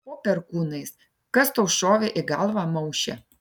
po perkūnais kas tau šovė į galvą mauše